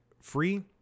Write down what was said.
free